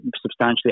substantially